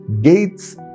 Gates